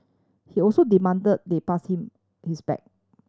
he also demand they pass him his bag